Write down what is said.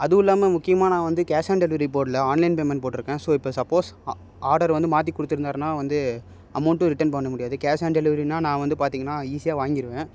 அதுவும் இல்லாம முக்கியமாக நான் வந்து கேஷ் ஆன் டெலிவரி போடல ஆன்லைன் பேமெண்ட் போட்டுருக்கேன் ஸோ இப்போ சப்போஸ் ஆ ஆர்டர் வந்து மாற்றி கொடுத்துருந்தாருனா வந்து அமௌண்ட்டும் ரிட்டர்ன் பண்ண முடியாது கேஷ் ஆன் டெலிவரின்னா நான் வந்து பாத்திங்கன்னா ஈஸியாக வாங்கிருவேன்